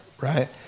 right